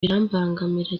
birambangamira